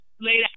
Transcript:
Later